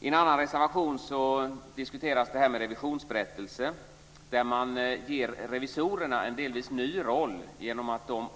I en annan reservation diskuteras revisionsberättelse. Man ger revisorerna en delvis ny roll genom att de